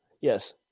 Yes